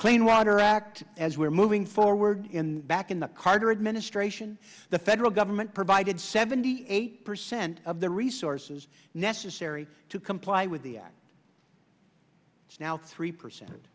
clean water act as we're moving forward and back in the carter administration the federal government provided seventy eight percent of the resources necessary to comply with the act it's now three percent